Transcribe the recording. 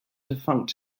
defunct